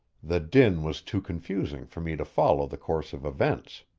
the din was too confusing for me to follow the course of events.